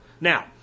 Now